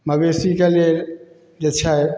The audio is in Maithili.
मवेशीकेलिए जे छै